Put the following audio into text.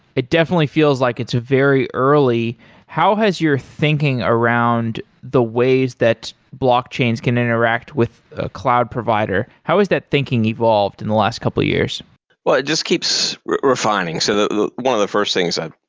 it definitely feels like it's very early how has your thinking around the ways that blockchains can interact with a cloud provider? how has that thinking evolved in the last couple of years? it just keeps refining. so one of the first things i